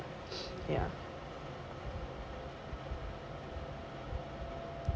ya